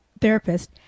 therapist